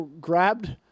grabbed